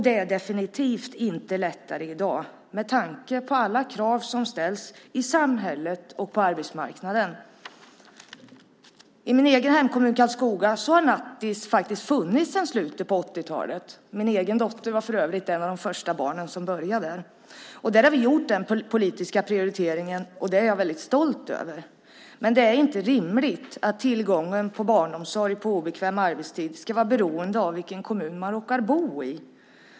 Det är definitivt inte lättare i dag med tanke på alla krav som ställs i samhället och på arbetsmarknaden. I min egen hemkommun Karlskoga har nattis faktiskt funnits sedan slutet på 80-talet. Min egen dotter var för övrigt ett av de första barn som började där. Där har vi gjort den politiska prioriteringen. Det är jag väldigt stolt över. Men det är inte rimligt att tillgången på barnomsorg på obekväm arbetstid ska vara beroende av vilken kommun man råkar bo i.